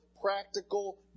practical